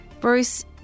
Bruce